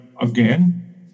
again